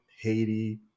Haiti